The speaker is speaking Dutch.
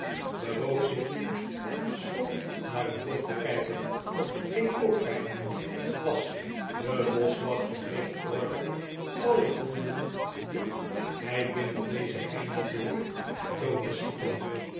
bewoog zich niet stond naar een bord te kijken ging ook kijken las de boschwachter heeft order alle honden die hij binnen deze heining vindt dood te schieten